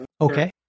Okay